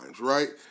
right